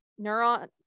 neuron